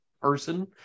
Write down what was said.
person